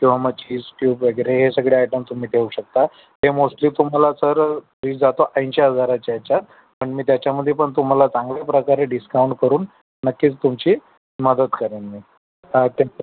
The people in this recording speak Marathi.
किंवा मग चीझ क्यूब वगैरे हे सगळे आयटम तुम्ही ठेवू शकता हे मोस्टली तुम्हाला सर फ्रिज जातो ऐंशी हजाराच्या याच्यात पण मी त्याच्यामध्ये पण तुम्हाला चांगल्या प्रकारे डिस्काऊंट करून नक्कीच तुमची मदत करेन मी